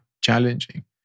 challenging